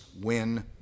win